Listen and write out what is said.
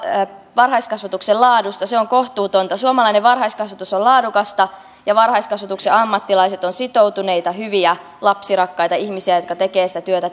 varhaiskasvatuksen laadusta loppuisi se on kohtuutonta suomalainen varhaiskasvatus on laadukasta ja varhaiskasvatuksen ammattilaiset ovat sitoutuneita hyviä lapsirakkaita ihmisiä jotka tekevät sitä